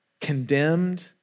condemned